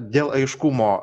dėl aiškumo